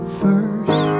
first